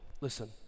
listen